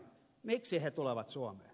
miksi he tulevat suomeen